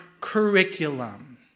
curriculum